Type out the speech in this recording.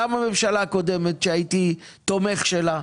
גם הממשלה הקודמת שהייתי תומך שלה,